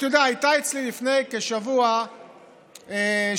הייתה אצלי לפני כשבוע שגרירה,